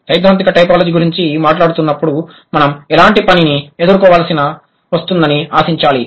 సైద్ధాంతిక టైపోలాజీ గురించి మాట్లాడుతున్నప్పుడు మనం ఎలాంటి పనిని ఎదుర్కోవలసి వస్తుందని ఆశించాలి